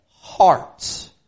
hearts